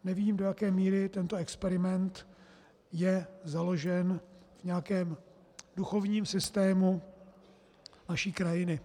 Nevím, do jaké míry je tento experiment založen v nějakém duchovním systému naší krajiny.